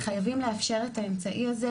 חייבים לאפשר את האמצעי הזה,